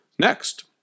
Next